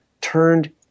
turned